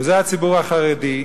וזה הציבור החרדי,